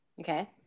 Okay